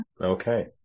Okay